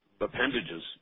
appendages